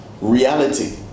reality